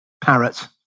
parrot